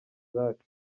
isaac